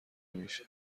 میشه